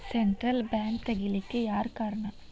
Central bank ತಗಿಲಿಕ್ಕೆಯಾರ್ ಕಾರಣಾ?